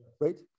right